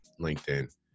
LinkedIn